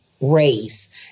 race